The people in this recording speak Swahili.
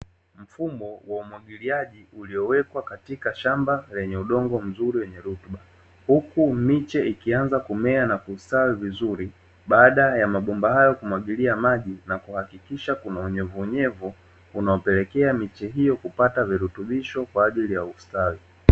Mfumo wa umwagiliaji uliowekwa katika shamba lenye udongo mzuri wenye rutuba, huku miche ikianza kumea na kustawi vizuri baada ya mabomba hayo kumwagilia maji na kuhakikisha kuna unyevunyevu unaopelekea miche hiyo kupata virutubisho kwa ajili ya ustawi.